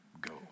go